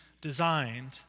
designed